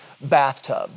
bathtub